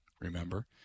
remember